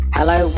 Hello